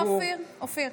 אופיר,